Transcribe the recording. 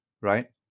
right